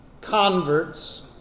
converts